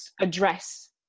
address